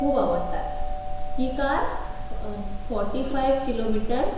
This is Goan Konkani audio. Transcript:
खूब आवडटात ही कार फोटी फायव किलोमिटर